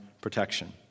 protection